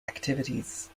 activities